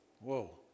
Whoa